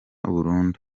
burundu